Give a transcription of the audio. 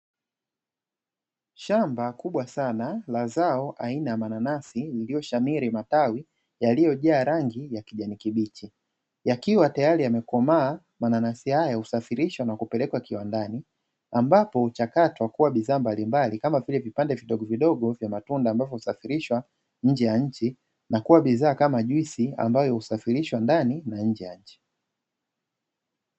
Shamba kubwa sana la zao aina ya mananasi iliyoshamiri matawi yaliyojaa rangi ya kijani kibiti yakiwa tayari yamekomaa wananasihaya usafirishwa na kupelekwa kiwandani ambapo mchakato wa kuwa bidhaa mbalimbali kama vile vipande vidogovidogo vya matunda ambavyo husafirishwa nje ya nchi na kuwa bidhaa kama juisi ambayo husafirishwa ndani na nje ya nchi.